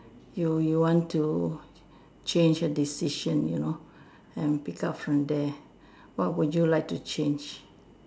you you want to change a decision you know and pick up from there what would you like to change